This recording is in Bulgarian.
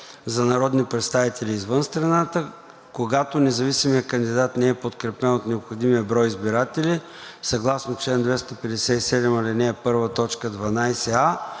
за народни представители извън страната, когато независимият кандидат не е подкрепен от необходимия брой избиратели, съгласно чл. 257, ал. 1“, т. 12а,